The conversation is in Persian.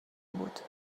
بود